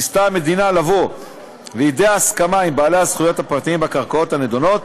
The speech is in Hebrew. ניסתה המדינה לבוא לידי הסכמה עם בעלי הזכויות הפרטיים בקרקעות הנדונות,